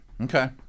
Okay